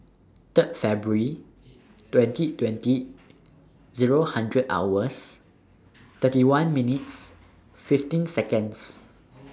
Third February twenty twenty Zero hours thirty one minutes fifteen Seconds